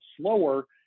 slower